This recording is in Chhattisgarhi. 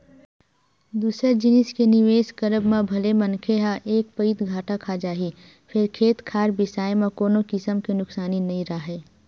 दूसर जिनिस के निवेस करब म भले मनखे ह एक पइत घाटा खा जाही फेर खेत खार बिसाए म कोनो किसम के नुकसानी नइ राहय